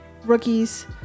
rookies